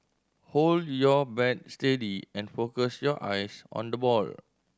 hold your bat steady and focus your eyes on the ball